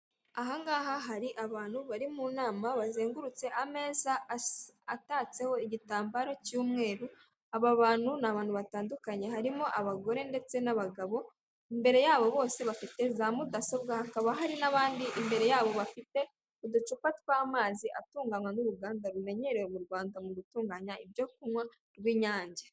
Aha ngaha hari abantu bari mu nama bazengurutse ameza atatseho igitambaro cy'umweru. Aba bantu ni abantu batandukanye harimo abagore ndetse n'abagabo, imbere yabo bose bafite za mudasobwa hakaba hari n'abandi imbere yabo bafite uducupa tw'amazi atunganywa n'uruganda rumenyerewe mu Rwanda mu gutunganya ibyo kunywa rw'Inyange.